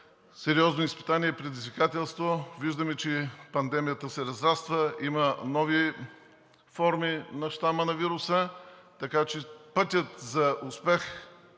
сериозно изпитание и предизвикателство! Виждаме, че пандемията се разраства, има нови форми на щама на вируса, пътят за успех